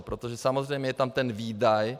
Protože samozřejmě je tam ten výdaj.